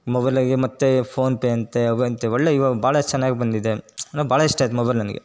ಮೊಬೈಲಗೆ ಮತ್ತು ಫೋನ್ಪೇ ಅಂತೆ ಅವಂತೆ ಒಳ್ಳೆಯ ಇವಾಗ ಭಾಳ ಚೆನ್ನಾಗಿ ಬಂದಿದೆ ನಂಗೆ ಭಾಳ ಇಷ್ಟ ಆಯ್ತು ಮೊಬೈಲ್ ನನಗೆ